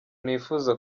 nifuza